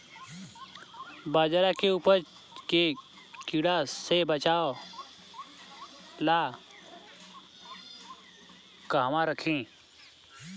बाजरा के उपज के कीड़ा से बचाव ला कहवा रखीं?